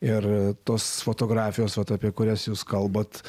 ir tos fotografijos vat apie kurias jūs kalbat